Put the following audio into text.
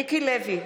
מיקי לוי,